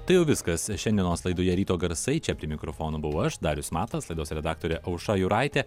tai jau viskas šiandienos laidoje ryto garsai čia prie mikrofono buvau aš darius matas laidos redaktorė aušra juraitė